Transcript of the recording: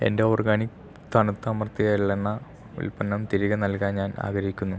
എൻ്റെ ഓർഗാനിക് തണുത്ത് അമർത്തിയ എള്ളെണ്ണ ഉൽപ്പന്നം തിരികെ നൽകാൻ ഞാൻ ആഗ്രഹിക്കുന്നു